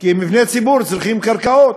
כי מבני ציבור צריכים קרקעות,